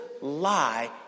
lie